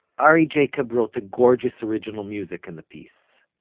ari jacob wrote the gorgeous original music in the piece.